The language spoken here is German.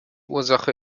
ursache